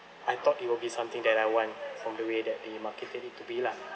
I thought it will be something that I want from the way that they marketed it to be lah